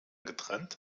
getrennt